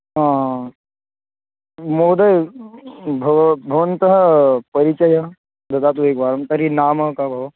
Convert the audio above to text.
हा महोदय भव् भवन्तः परिचयः ददातु एकवारं तर्हि नाम क भोः